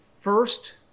first